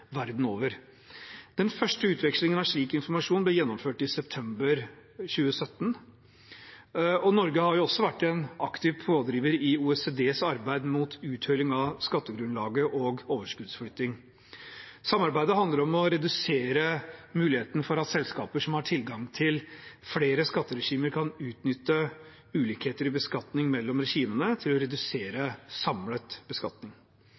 verden over. Den første utvekslingen av slik informasjon ble gjennomført i september 2017. Norge har også vært en aktiv pådriver i OECDs arbeid mot uthuling av skattegrunnlaget og overskuddsflytting. Samarbeidet handler om å redusere muligheten for at selskaper som har tilgang til flere skatteregimer, kan utnytte ulikheter i beskatning mellom regimene til å redusere samlet beskatning.